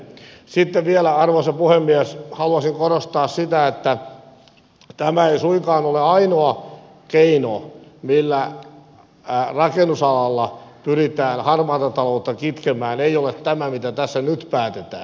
sitten vielä arvoisa puhemies haluaisin korostaa sitä että tämä ei suinkaan ole ainoa keino millä rakennusalalla pyritään harmaata taloutta kitkemään mitä tässä nyt päätetään